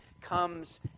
comes